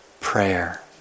prayer